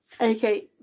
okay